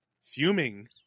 fuming